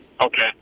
Okay